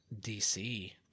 DC